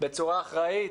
בצורה אחראית,